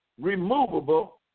removable